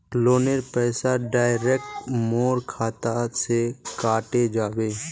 लोनेर पैसा डायरक मोर खाता से कते जाबे?